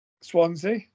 Swansea